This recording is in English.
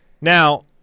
Now